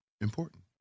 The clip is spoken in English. important